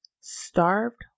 Starved